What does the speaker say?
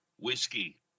whiskey